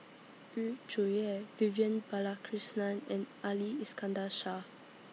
Yu Zhuye Vivian Balakrishnan and Ali Iskandar Shah